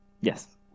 Yes